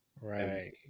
Right